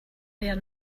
there